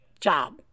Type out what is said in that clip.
job